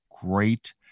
great